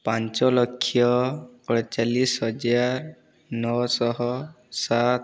ପାଞ୍ଚଲକ୍ଷ ଅଡ଼ଚାଲିଶ ହଜାର ନଅଶହ ସାତ